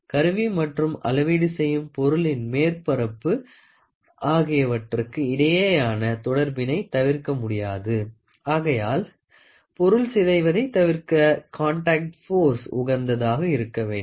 கருவி மற்றும் அளவீடு செய்யும் பொருளின் மேற்பரப்பு ஆகியவற்றுக்கு இடையேயான தொடர்பினை தவிர்க்க முடியாது ஆகையால் பொருள் சிதைவதை தவிர்க்க காண்டாக்ட் போர்ஸ் உகந்ததாக இருக்க வேண்டும்